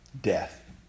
Death